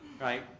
right